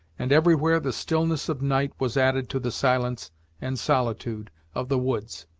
and everywhere the stillness of night was added to the silence and solitude of the woods.